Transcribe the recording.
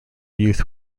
youth